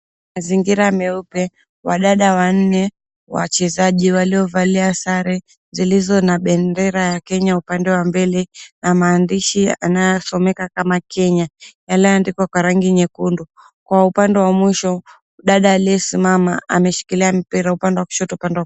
Mazingira meupe wadada wanne wachezaji waliovalia sare zilizo na bendera ya Kenya upande wa mbele na maandishi yanayosomeka kama Kenya yaliyoandikwa kwa rangi nyekundu. Kwa upande wa mwisho dada aliyesimama ameshikilia mpira upande wa kushoto upande wa.